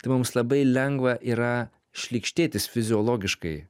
tai mums labai lengva yra šlykštėtis fiziologiškai